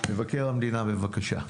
מבקר המדינה, בבקשה.